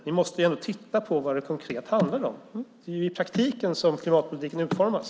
Ni måste ändå titta på vad det konkret handlar om. Det är ju i praktiken som klimatpolitiken utformas.